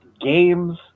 games